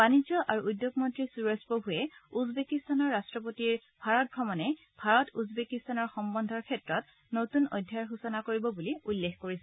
বাণিজ্য আৰু উদ্যোগ মন্ত্ৰী সুৰেশ প্ৰভুৱে উজবেকিস্তানৰ ৰট্টপতিৰ ভাৰত ভ্ৰমণে ভাৰত উজবেকিস্তানৰ সম্বন্ধৰ ক্ষেত্ৰত নতুন অধ্যায়ৰ সূচনা কৰিব বুলি উল্লেখ কৰিছে